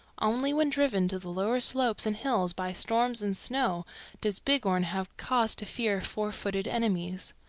only when driven to the lower slopes and hills by storms and snow does bighorn have cause to fear four-footed enemies.